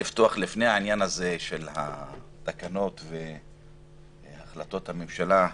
העניין של התקנות והחלטות הממשלה,